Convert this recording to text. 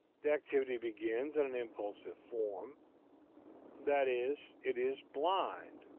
the activity begins in an impulsive form that is, it is blind.